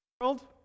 world